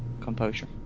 composure